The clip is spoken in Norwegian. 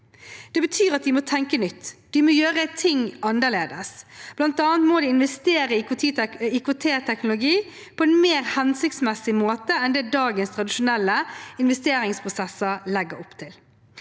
Det betyr at de må tenke nytt. De må gjøre ting annerledes. Blant annet må de investere i IKT-teknologi på en mer hensiktsmessig måte enn det dagens tradisjonelle investeringsprosesser legger opp til.